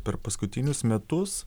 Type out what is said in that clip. per paskutinius metus